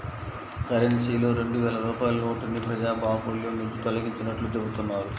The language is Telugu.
కరెన్సీలో రెండు వేల రూపాయల నోటుని ప్రజాబాహుల్యం నుంచి తొలగించినట్లు చెబుతున్నారు